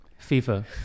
FIFA